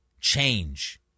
change